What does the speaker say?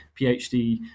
PhD